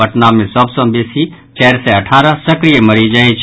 पटना में सभ सँ बेसी चारि सय अठारह सक्रिय मरीज अछि